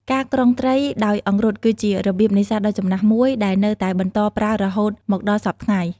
ការក្រុងត្រីដោយអង្រុតគឺជារបៀបនេសាទដ៏ចំណាស់មួយ ដែលនៅតែបន្តប្រើរហូតមកដល់សព្វថ្ងៃ។